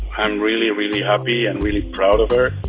i'm really, really happy and really proud of her.